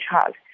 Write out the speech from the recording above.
child